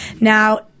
Now